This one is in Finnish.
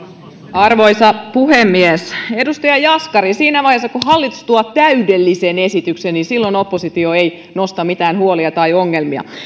arvoisa puhemies edustaja jaskari siinä vaiheessa kun hallitus tuo täydellisen esityksen niin silloin oppositio ei nosta mitään huolia tai ongelmia